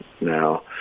now